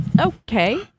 okay